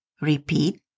Repeat